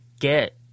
get